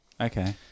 Okay